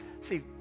See